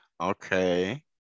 Okay